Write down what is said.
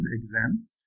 exam